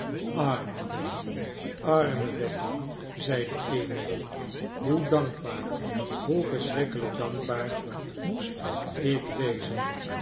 arme becky arme becky zeide emmy hoe dankbaar hoe verschrikkelijk dankbaar moest ik wezen